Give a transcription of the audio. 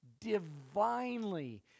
divinely